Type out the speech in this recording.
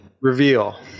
Reveal